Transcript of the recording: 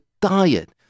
diet